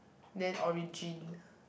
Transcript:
then origin